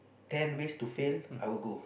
ten ways to fail I will go